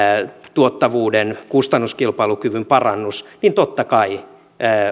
tuottavuuden kustannuskilpailukyvyn parannus niin totta kai